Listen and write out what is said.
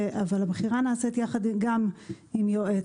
אבל הבחירה נעשית גם עם יועץ.